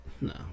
No